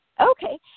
Okay